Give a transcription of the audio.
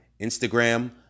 Instagram